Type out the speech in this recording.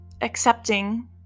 accepting